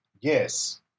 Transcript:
yes